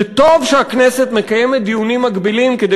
שטוב שהכנסת מקיימת דיונים מקבילים כדי